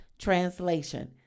translation